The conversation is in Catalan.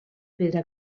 pedra